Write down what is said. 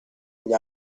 agli